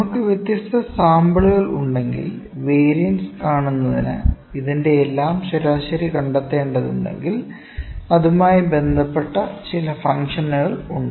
നമുക്കു വ്യത്യസ്ത സാമ്പിളുകൾ ഉണ്ടെങ്കിൽ വേരിയൻസ് കാണുന്നതിന് ഇതിന്റെയെല്ലാം ശരാശരി കണ്ടെത്തേണ്ടതുണ്ടെങ്കിൽ അതുമായി ബന്ധപ്പെട്ട ചില ഫംഗ്ഷനുകൾ ഉണ്ട്